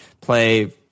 play